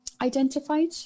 identified